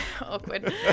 Awkward